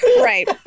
Right